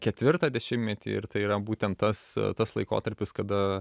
ketvirtą dešimtmetį ir tai yra būtent tas tas laikotarpis kada